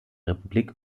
republik